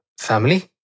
family